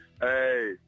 Hey